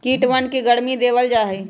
कीटवन के गर्मी देवल जाहई